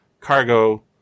cargo